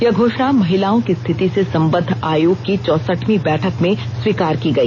यह घोषणा महिलाओं की स्थिति से संबद्ध आयोग की चौसठवीं बैठक में स्वीकार की गई